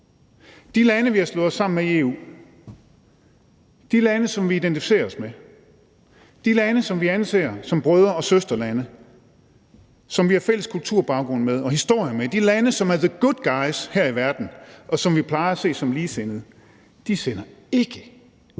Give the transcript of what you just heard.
De lande, vi har slået os sammen med i EU, de lande, som vi identificerer os med, de lande, som vi anser som brødre- og søsterlande, og som vi har fælles kulturbaggrund med og historie med, de lande, som er the good guys her i verden, og som vi plejer at se som ligesindede, sender ikke